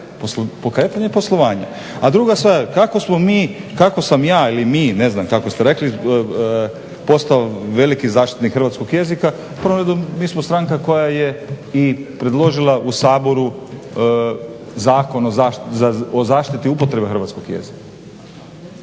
Pokretanje poslovanja. A druga stvar kako smo mi, kako sam ja ili mi, ne znam kako ste rekli, postao veliki zaštitnik hrvatskog jezika, u prvom redu mi smo stranka koja je i predložila u Saboru Zakon o zaštiti upotrebe hrvatskog jezika.